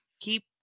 Keep